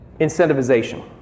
incentivization